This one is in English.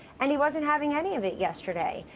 and he wasn't having any of it yesterday.